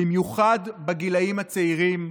במיוחד בגילים הצעירים,